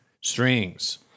strings